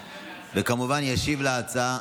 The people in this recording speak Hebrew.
וכמובן, ישיב להצעה,